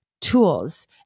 tools